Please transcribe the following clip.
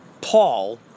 Paul